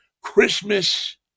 Christmas